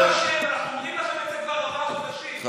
תודה רבה.